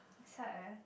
such as